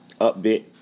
Upbit